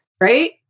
right